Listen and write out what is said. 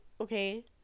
okay